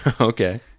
Okay